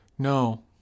No